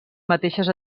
mateixes